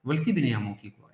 valstybinėje mokykloje